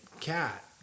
cat